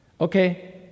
Okay